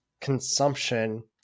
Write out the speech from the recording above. consumption